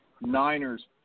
Niners